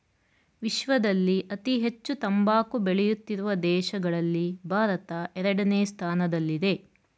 ವಿಶ್ವದಲ್ಲಿ ಅತಿ ಹೆಚ್ಚು ತಂಬಾಕು ಬೆಳೆಯುತ್ತಿರುವ ದೇಶಗಳಲ್ಲಿ ಭಾರತ ಎರಡನೇ ಸ್ಥಾನದಲ್ಲಿದೆ